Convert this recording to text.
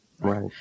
Right